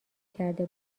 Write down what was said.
کرده